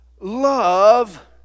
Love